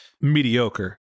mediocre